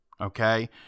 okay